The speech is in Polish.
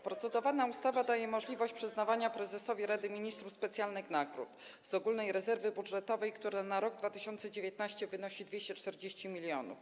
Procedowana ustawa daje możliwość przyznawania prezesowi Rady Ministrów specjalnych nagród z ogólnej rezerwy budżetowej, która na rok 2019 wynosi 240 mln.